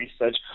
research